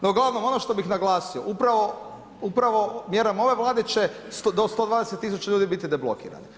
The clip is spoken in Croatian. No uglavnom ono što bih naglasio, upravo mjerom ove Vlade će do 120 tisuća ljudi biti deblokiranih.